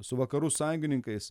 su vakarų sąjungininkais